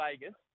Vegas